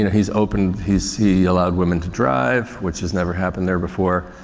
and he's opened, he's, he allowed women to drive which has never happened there before,